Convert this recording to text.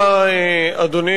דתיים.